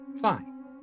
Fine